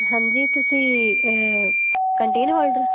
ਹਾਂਜੀ ਤੁਸੀਂ canteen holder